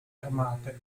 armate